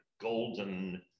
golden